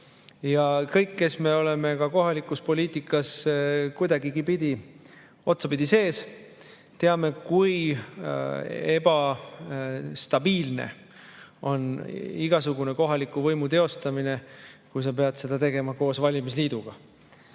Kõik, kes me oleme ka kohalikus poliitikas kuidagigi, otsapidigi sees, teame, kui ebastabiilne on igasugune kohaliku võimu teostamine, kui sa pead seda tegema koos valimisliiduga.